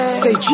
say